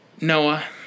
Noah